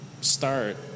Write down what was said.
start